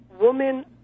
Women